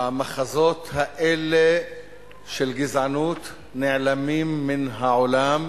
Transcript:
המחזות האלה של גזענות נעלמים מן העולם,